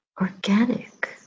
organic